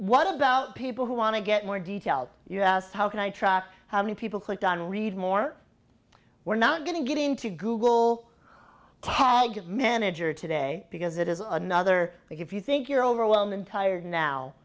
what about people who want to get more details you asked how can i track how many people clicked on read more we're not going to get into google target manager today because it is another week if you think you're overwhelmed and tired